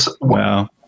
Wow